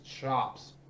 chops